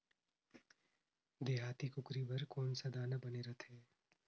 देहाती कुकरी बर कौन सा दाना बने रथे?